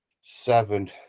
seven